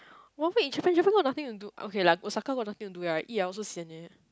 one week in Japan Japan got nothing to do okay lah Osaka also got nothing to do right eat I also sian eh